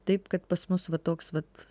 taip kad pas mus va toks vat